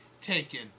taken